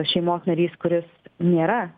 šeimos narys kuris nėra